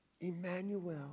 Emmanuel